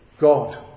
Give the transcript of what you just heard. God